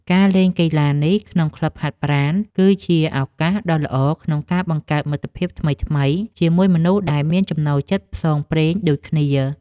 ការលេងកីឡានេះក្នុងក្លឹបហាត់ប្រាណ គឺជាឱកាសដ៏ល្អក្នុងការបង្កើតមិត្តភាពថ្មីៗជាមួយមនុស្សដែលមានចំណូលចិត្តផ្សងព្រេងដូចគ្នា។